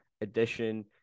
edition